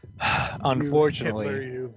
Unfortunately